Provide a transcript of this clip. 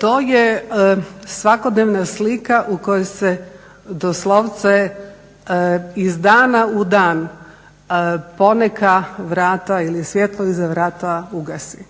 to je svakodnevna slika u kojoj se doslovce iz dana u dan poneka vrata ili svjetlo iza vrata ugasi.